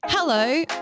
Hello